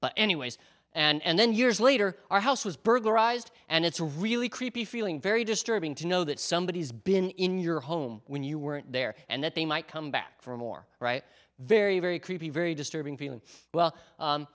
but anyways and then years later our house was burglarized and it's really creepy feeling very disturbing to know that somebody has been in your home when you weren't there and that they might come back for more right very very creepy very disturbing feeling well